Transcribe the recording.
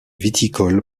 viticole